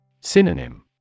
Synonym